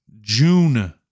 June